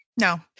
No